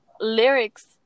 lyrics